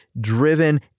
driven